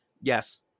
Yes